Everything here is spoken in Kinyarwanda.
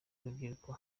urubyiruko